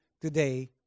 today